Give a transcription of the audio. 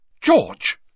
George